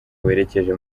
werekeje